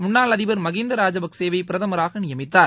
முன்னாள் அதிபர் மகிந்த ராஜபச்சேவை பிரதமராக நியமித்தார்